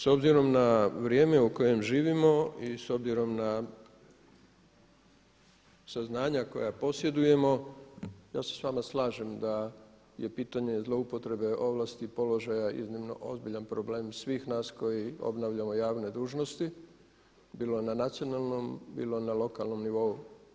S obzirom na vrijeme u kojem živimo i s obzirom na saznanja koja posjedujemo ja se s vama slažem da je pitanje zloupotrebe ovlasti i položaja iznimno ozbiljan problem svih nas koji obavljamo javne dužnosti bilo na nacionalnom, bilo na lokalnom nivou.